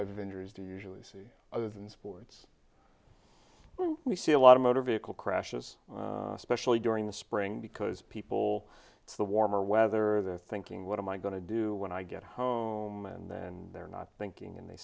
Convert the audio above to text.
of injuries do you usually see other than sports we see a lot of motor vehicle crashes especially during the spring because people it's the warmer weather they're thinking what am i going to do when i get home and then they're not thinking and they